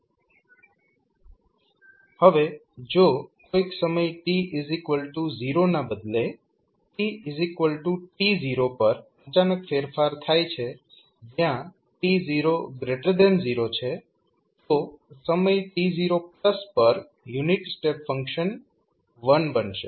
હવે જો કોઈક સમય t0 ના બદલે tt0 પર અચાનક ફેરફાર થાય છે જયાં t00 છે તો સમય t0 પર યુનિટ સ્ટેપ ફંક્શન 1 બનશે